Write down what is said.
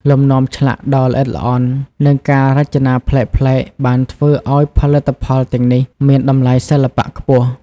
លំនាំឆ្លាក់ដ៏ល្អិតល្អន់ និងការរចនាប្លែកៗបានធ្វើឱ្យផលិតផលទាំងនេះមានតម្លៃសិល្បៈខ្ពស់។